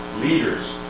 Leaders